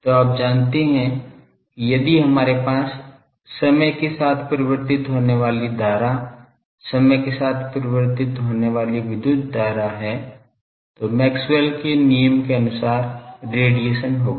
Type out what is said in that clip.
तो आप जानते हैं कि यदि हमारे पास समय के साथ परिवर्तित होने वाली धारा समय के साथ परिवर्तित होने वाली विद्युत धारा है तो मैक्सवेल के नियम Maxwell's law के अनुसार रेडिएशन होगा